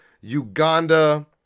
Uganda